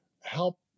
help